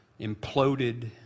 imploded